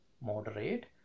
moderate